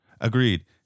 Agreed